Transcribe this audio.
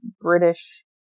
British